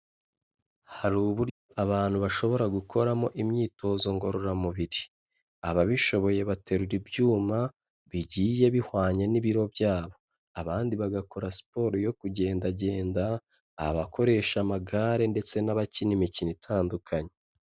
Hari uburyo abantu bashobora gukoramo imyitozo ngororamubiri. Ababishoboye baterura ibyuma bigiye bihwanye n'ibiro byabo, abandi bagakora siporo yo kugendagenda, abakoresha amagare ndetse n'abakina imikino itandukanye.